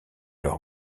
leur